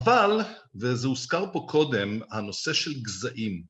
אבל, וזה הוזכר פה קודם, הנושא של גזעים.